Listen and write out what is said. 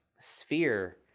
sphere